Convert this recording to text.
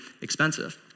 expensive